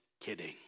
kidding